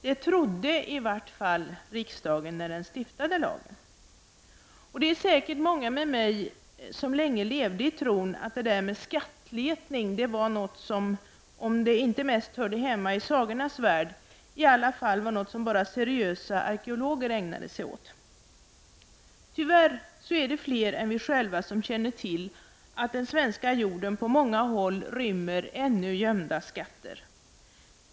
Det trodde i varje fall riksdagen när den stiftade lagen. Det är säkert många med mig som länge levde i tron att det där med skattletning var något som, om det inte mest hörde hemma i sagornas värld, i alla fall var något som bara seriösa arkeologer ägnade sig åt. Tyvärr är det fler än vi själva som känner till att den svenska jorden på många håll rymmer ännu gömda skatter.